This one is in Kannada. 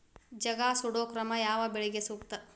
ಜಗಾ ಸುಡು ಕ್ರಮ ಯಾವ ಬೆಳಿಗೆ ಸೂಕ್ತ?